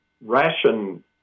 ration